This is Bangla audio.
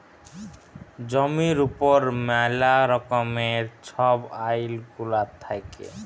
জমির উপর ম্যালা রকমের ছব আইল গুলা থ্যাকে